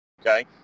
Okay